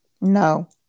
No